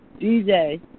DJ